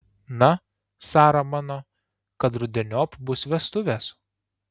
na sara mano kad rudeniop bus vestuvės